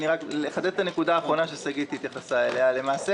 רק לחדד את הנקודה האחרונה ששגית התייחסה אליה: למעשה